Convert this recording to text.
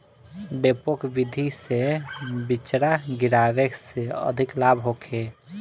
डेपोक विधि से बिचरा गिरावे से अधिक लाभ होखे?